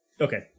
okay